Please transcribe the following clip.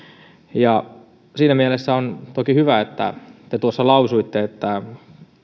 siinä mielessä on toki hyvä että te tuossa lausuitte että